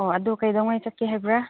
ꯑꯣ ꯑꯗꯨ ꯀꯩꯗꯧꯉꯩ ꯆꯠꯀꯦ ꯍꯥꯏꯕꯔꯥ